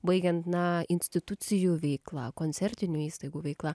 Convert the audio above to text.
baigiant na institucijų veikla koncertinių įstaigų veikla